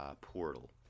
portal